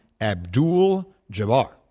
Abdul-Jabbar